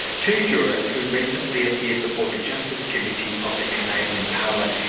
two jurors who recently appeared before the justice committee of the canadian parliament.